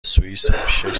سوئیسم، شش